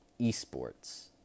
esports